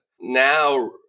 now